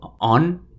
on